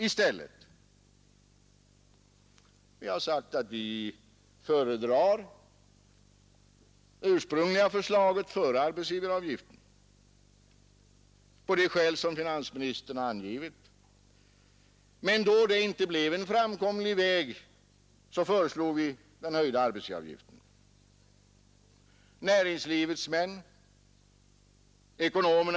Den som har 15 000 kronor får 12 procents sänkning. Den som har 20 000 kronor får en sänkning med 10 procent. Den procentuella sänkningen minskar sedan så att den är 0 vid 100 000 kronors